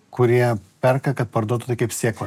kurie perka kad parduotų tai kaip sėklą